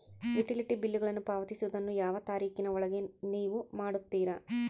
Utility ಬಿಲ್ಲುಗಳನ್ನು ಪಾವತಿಸುವದನ್ನು ಯಾವ ತಾರೇಖಿನ ಒಳಗೆ ನೇವು ಮಾಡುತ್ತೇರಾ?